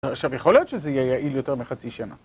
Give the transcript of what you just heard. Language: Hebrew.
עכשיו יכול להיות שזה יהיה יעיל יותר מחצי שנה